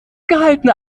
gehaltene